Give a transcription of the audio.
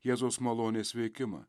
jėzaus malonės veikimą